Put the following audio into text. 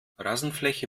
rasenfläche